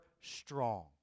strong